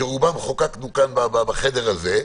שאת רובם חוקקנו כאן בחדר הזה,